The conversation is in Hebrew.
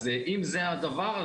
אם זה הדבר,